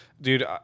dude